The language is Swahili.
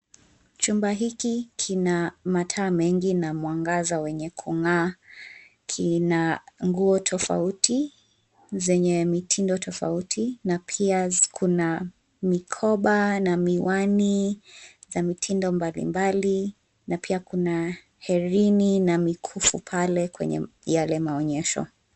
Chumba hiki kina mataa mengi na mwangaza wenye kung'aa. Kina nguo tofauti zenye mitindo tofauti na pia kuna mikoba na miwani za mitindo mbalimbali na pia kuna herini na mikufu pale kwenye yale maonyesho.